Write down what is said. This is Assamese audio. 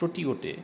প্ৰকৃততে